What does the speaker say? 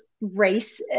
race